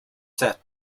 set